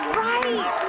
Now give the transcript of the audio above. right